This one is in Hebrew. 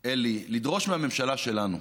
אלי, לדרוש מהממשלה שלנו,